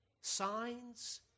signs